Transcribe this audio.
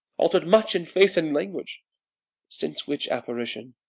alter'd much in face and language since which apparition,